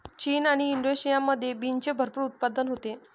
चीन आणि इंडोनेशियामध्ये बीन्सचे भरपूर उत्पादन होते